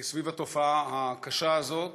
סביב התופעה הקשה הזאת,